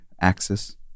axis